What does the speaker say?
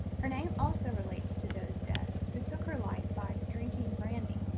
her name also relates to doe's death, who took her life by drinking brandy,